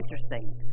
interesting